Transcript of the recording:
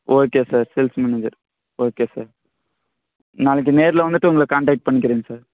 okay sir sales manager okay sir நாளைக்கு நேரில் வந்துவிட்டு உங்களை கான்டக்ட் பண்ணிக்குறேங்க சார்